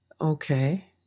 Okay